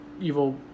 evil